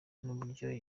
n’uburyo